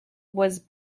was